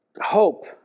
hope